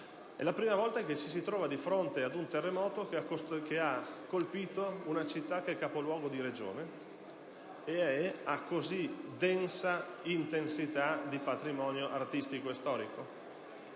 la prima volta ci si è trovati di fronte ad un terremoto che ha colpito una città capoluogo di Regione e a così alta densità di patrimonio artistico e storico.